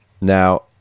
Now